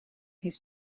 his